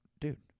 dude